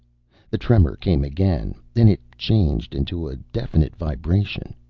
the tremor came again then it changed into a definite vibration.